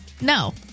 No